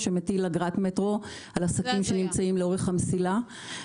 שמטיל אגרת מטרו על עסקים שנמצאים לאורך המסילה,